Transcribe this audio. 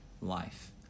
life